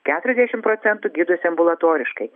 keturiasdešimt procentų gydosi ambulatoriškai